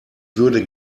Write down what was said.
würde